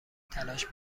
تلاش